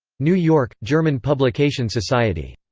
new york german publication society.